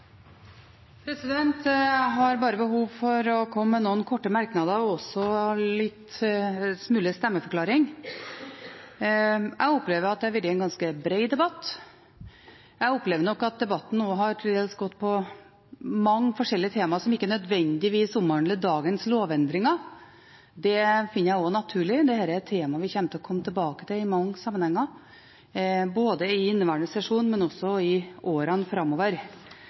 Jeg har bare behov for å komme med noen korte merknader og også en liten stemmeforklaring. Jeg opplever at dette har vært en ganske bred debatt. Jeg opplever nok også at debatten til dels har gått på mange forskjellige tema som ikke nødvendigvis omhandler dagens lovendringer. Det finner jeg også naturlig – dette er et tema vi kommer til å komme tilbake til i mange sammenhenger i inneværende sesjon, men også i årene framover.